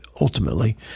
ultimately